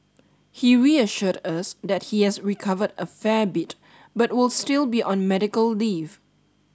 he reassured us that he has recovered a fair bit but will still be on medical leave